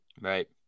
Right